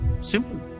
Simple